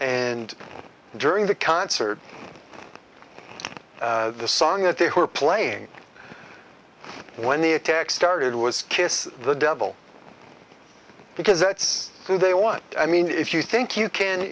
and during the concert the song that they were playing when the attack started was kiss the devil because that's who they want i mean if you think you can